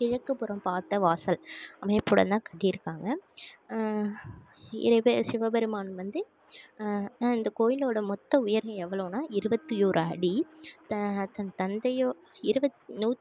கிழக்குப்புறம் பார்த்த வாசல் அமைப்புடன் தான் கட்டியிருக்காங்க இறைவே சிவபெருமான் வந்து ஆ இந்த கோயிலோட மொத்த உயரம் எவ்வளோன்னா இருபத்தியோரடி தா தன் தந்தையோ இரபத் நூத்